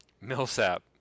Millsap